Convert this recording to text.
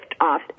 off